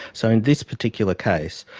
so in this particular case